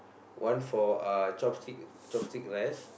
one for uh chopstick chopstick rice